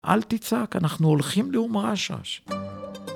אל תצעק, אנחנו הולכים לאום רש רש.